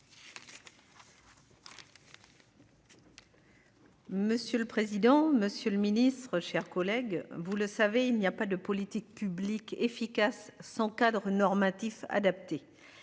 Monsieur le président, Monsieur le Ministre, chers collègues, vous le savez, il n'y a pas de politique publique efficace sans cadre normatif adapté.